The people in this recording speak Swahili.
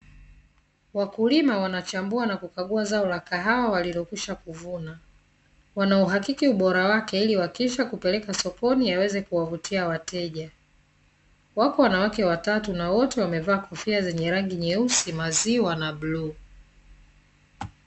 Wakulima wanachambua na kukagua zao la kahawa walilokwishakuvuna, wanauhakiki ubora wake ili wakishakupeleka sokoni yaweze kuwavutia wateja. Wapo wanawake watatu na wote wamevaa kofia zenye rangi nyeusi, maziwa, na bluu.